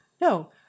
No